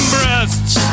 Breasts